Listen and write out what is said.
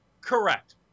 Correct